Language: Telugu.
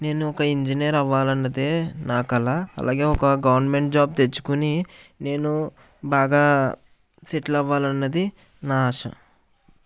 నేను ఒక ఇంజనేరు అవ్వాలన్నదే నా కళ అలాగే ఒక గవర్నమెంట్ జాబ్ తెచ్చుకొని నేను బాగా సెటిలవ్వాలన్నది నా ఆశ